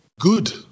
good